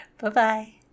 Bye-bye